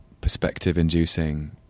perspective-inducing